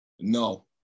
No